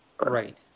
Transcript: Right